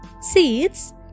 seeds